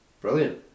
brilliant